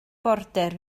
border